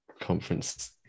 conference